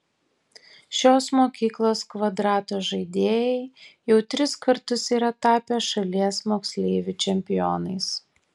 šios mokyklos kvadrato žaidėjai jau tris kartus yra tapę šalies moksleivių čempionais